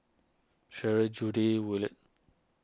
Shirl Judy Willard